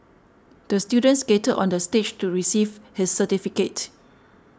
the student skated on the stage to receive his certificate